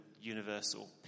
universal